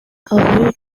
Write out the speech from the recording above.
rue